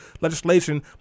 legislation